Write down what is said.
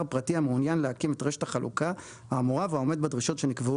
הפרטי המעוניין להקים את רשת החלוקה האמורה והעומד בדרישות שנקבעו